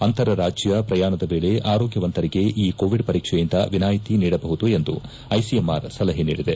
ಅಂತರ ರಾಜ್ಯ ಪ್ರಯಾಣದ ವೇಳೆ ಆರೋಗ್ಗವಂತರಿಗೆ ಈ ಕೋವಿಡ್ ಪರೀಕ್ಸೆಯಿಂದ ವಿನಾಯಿತಿ ನೀಡಬಹುದು ಎಂದು ಐಸಿಎಂಆರ್ ಸಲಹೆ ನೀಡಿದೆ